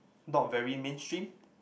not very mainstream